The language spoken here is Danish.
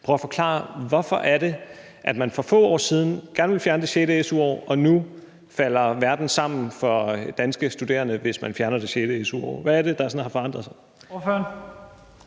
prøve at forklare, hvorfor man for få år siden gerne ville fjerne det sjette su-årog verden nu falder sammen for danske studerende, hvis man fjerner det sjette su-år? Hvad er det, der har forandret sig?